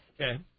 Okay